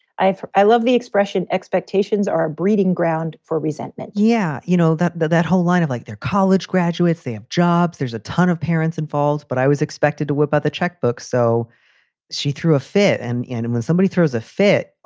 i, i love the expression. expectations are a breeding ground for resentment. yeah. you know, that the that whole line of like, they're college graduates, they have jobs. there's a ton of parents involved. but i was expected to whip out the checkbook, so she threw a fit. and and and when somebody throws a fit,